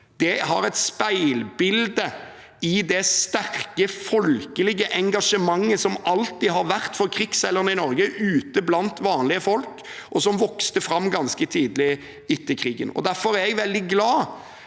har et speilbilde i det sterke folkelige engasjementet som alltid har vært for krigsseilerne i Norge ute blant vanlige folk, og som vokste fram ganske tidlig etter krigen. Derfor er jeg veldig glad